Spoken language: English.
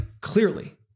clearly